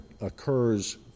occurs